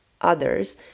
others